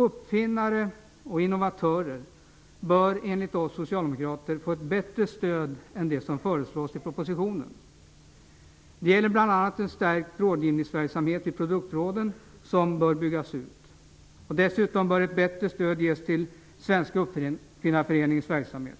Uppfinnare och innovatörer bör enligt oss socialdemokrater få ett bättre stöd än det som föreslås i propositionen. Det gäller bl.a. en stärkt rådgivningsverksamhet vid produktråden, som bör byggas ut. Dessutom bör ett bättre stöd ges till Svenska Uppfinnareföreningens verksamhet.